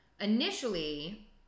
Initially